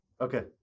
Okay